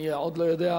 אני עוד לא יודע,